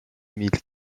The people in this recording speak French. mille